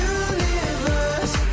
universe